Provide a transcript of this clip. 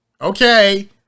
Okay